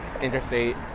Interstate